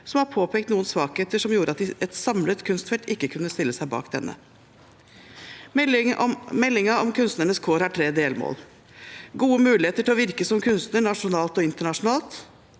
som har påpekt noen svakheter, noe som gjorde at et samlet kunstnerfelt ikke kunne stille seg bak denne. Meldingen om kunstnernes kår har tre delmål: 1. gode muligheter til å virke som kunstner nasjonalt og internasjonalt